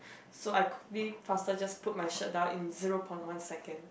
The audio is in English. so I quickly fast just pulled shirt down in zero point one second